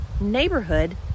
neighborhood